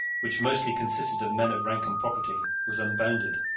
which mostly consisted of men of rank and property, was unbounded,